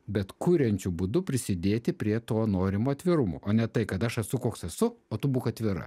bet kuriančiu būdu prisidėti prie to norimo atvirumo o ne tai kad aš esu koks esu o tu būk atvira